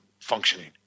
functioning